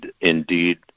indeed